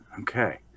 Okay